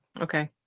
okay